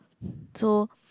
so